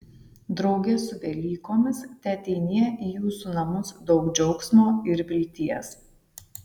drauge su velykomis teateinie į jūsų namus daug džiaugsmo ir vilties